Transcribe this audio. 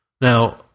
Now